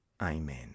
Amen